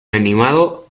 animado